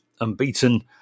unbeaten